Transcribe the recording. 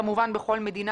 כמובן בכל מדינה,